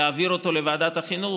להעביר אותו לוועדת החינוך.